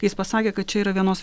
jis pasakė kad čia yra vienos